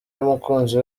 y’umukunzi